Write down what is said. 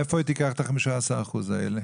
מאיפה היא תיקח את ה-15% האלה?